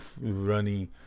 running